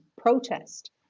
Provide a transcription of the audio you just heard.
protest